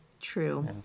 True